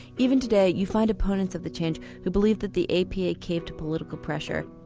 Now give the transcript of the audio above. even today you find opponents of the change who believe that the apa caved to political pressure,